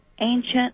ancient